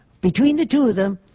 between the two of them,